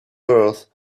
earth